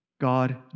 God